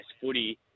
footy